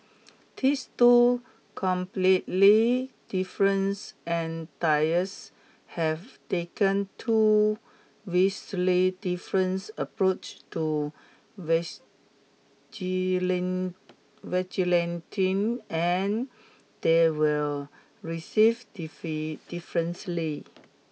these two completely difference entities have taken two vastly difference approaches to vigilantism and they were received differently